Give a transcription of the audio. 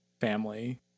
family